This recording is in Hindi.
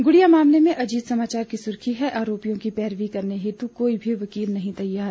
गुड़िया मामले पर अजीत समाचार की सुर्खी है आरोपियों की पैरवी करने हेतु कोई भी वकील नहीं तैयार